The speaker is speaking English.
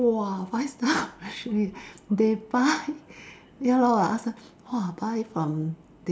!whoa! five star Michelin they buy ya lor I ask her her !whoa! buy from